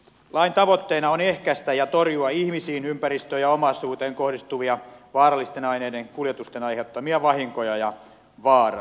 lain tavoitteena on ehkäistä ja torjua ihmisiin ympäristöön ja omaisuuteen kohdistuvia vaarallisten aineiden kuljetusten aiheuttamia vahinkoja ja vaaraa